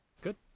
Good